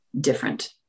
different